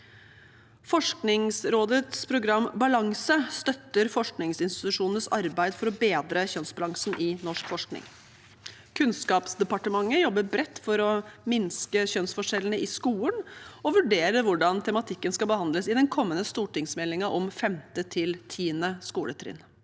Forskningsrådets BALANSE-program støtter forskningsinstitusjonenes arbeid for å bedre kjønnsbalansen i norsk forskning. Kunnskapsdepartementet jobber bredt for å minske kjønnsforskjellene i skolen og vurderer hvordan tematikken skal behandles i den kommende stortingsmeldingen om 5.–10. skoletrinn.